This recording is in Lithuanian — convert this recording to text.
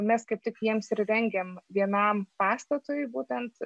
mes kaip tik jiems ir rengiam vienam pastatui būtent